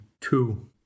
two